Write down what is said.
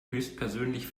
höchstpersönlich